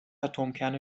atomkerne